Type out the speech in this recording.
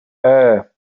eee